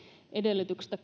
edellytyksistä